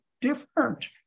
different